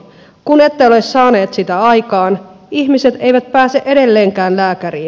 kun ette ole saaneet sitä aikaan ihmiset eivät pääse edelleenkään lääkäriin